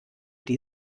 die